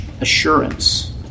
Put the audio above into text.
assurance